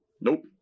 Nope